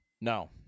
No